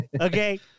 Okay